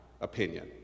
opinion